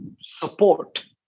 support